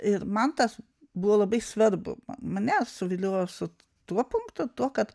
ir man tas buvo labai svarbu mane suviliojo su tuo punktu tuo kad